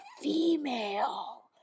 female